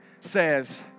says